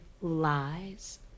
lies